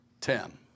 Ten